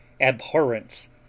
abhorrence